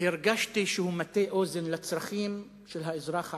הרגשתי שהוא מטה אוזן לצרכים של האזרח הערבי,